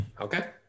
Okay